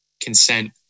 consent